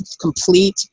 complete